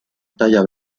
talla